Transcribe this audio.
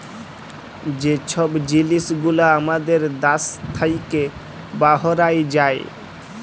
যে ছব জিলিস গুলা আমাদের দ্যাশ থ্যাইকে বাহরাঁয় যায়